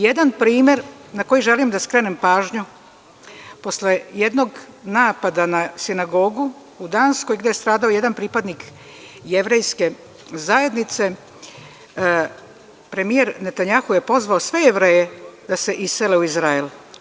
Jedan primer na koji želim da skrenem pažnju posle jednog napada na sinagogu u Danskoj gde je stradao jedan pripadnik jevrejske zajednice, premijer Netanjahu je pozvao sve Jevreje da se isele u Izrael.